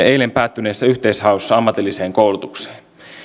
eilen päättyneessä yhteishaussa ammatilliseen koulutukseen